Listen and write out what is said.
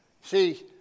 See